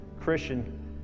Christian